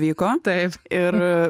vyko taip ir